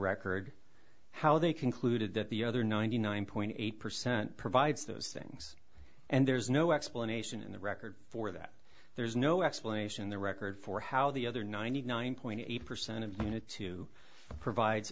record how they concluded that the other ninety nine point eight percent provides those things and there's no explanation in the record for that there's no explanation in the record for how the other ninety nine point eight percent of unit two provide